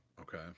Okay